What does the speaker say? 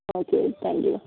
okay thank you